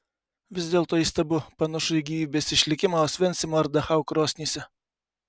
vis dėlto įstabu panašu į gyvybės išlikimą osvencimo ar dachau krosnyse